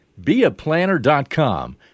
beaplanner.com